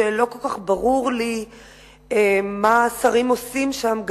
שלא כל כך ברור לי מה השרים עושים שם.